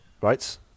right